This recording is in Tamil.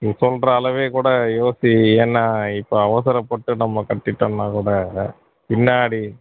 நீ சொல்கிற அளவே கூட யோசி ஏன்னா இப்போ அவசரப்பட்டு நம்ம கட்டிட்டோம்னால் கூட பின்னாடி